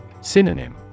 Synonym